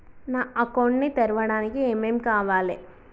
నా అకౌంట్ ని తెరవడానికి ఏం ఏం కావాలే?